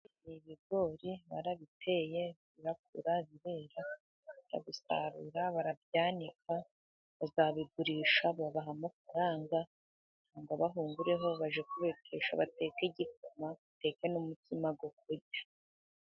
Ibigori barabiteye, birakura, birera, barabisarura, barabyanika, bazabigurisha babahe amafaranga, cyangwa bahungureho bajye kubetesha bateke igikoma, bateke n'umutsima wo kurya.